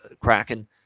Kraken